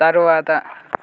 తరువాత